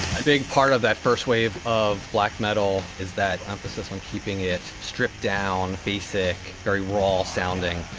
big part of that first wave of black metal is that emphasis on keeping it stripped down, basic, very raw sounding.